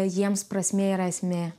jiems prasmė yra esmė